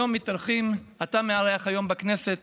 אתה מארח היום בכנסת